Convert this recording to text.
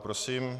Prosím.